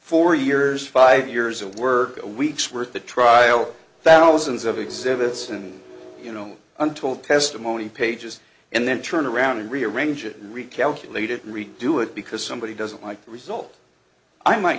four years five years of work a week's worth the trial thousands of exhibits and you know untold testimony pages and then turn around and rearrange it recalculated and redo it because somebody doesn't like the result i might